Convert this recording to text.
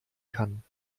kann